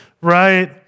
right